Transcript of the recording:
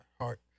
heart